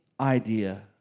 idea